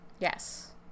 yes